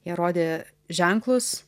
jie rodė ženklus